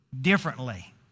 differently